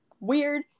weird